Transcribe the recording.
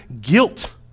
guilt